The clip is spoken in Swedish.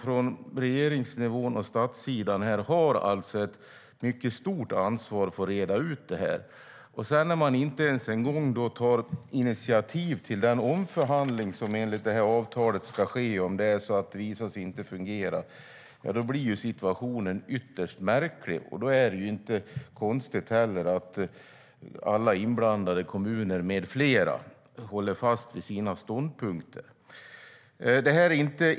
Regeringen och staten har därför ett stort ansvar för att reda ut detta. När staten inte ens tar initiativ till den omförhandling som enligt avtalet ska ske om det inte fungerar blir situationen ytterst märklig. Då är det inte konstigt att alla inblandade kommuner med flera håller fast vid sina ståndpunkter.